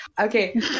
Okay